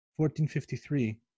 1453